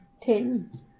Ten